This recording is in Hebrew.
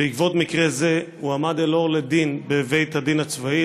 בעקבות מקרה זה הועמד אלאור לדין בבית הדין הצבאי.